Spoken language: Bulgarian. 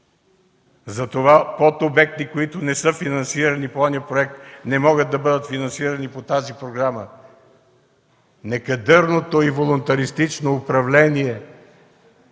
Затова подобекти които не са финансирани по онзи проект, не могат да бъдат финансирани по тази програма. Некадърното и волунтаристично управление,